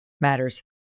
matters